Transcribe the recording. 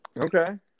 Okay